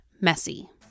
Messy